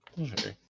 Okay